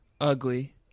ugly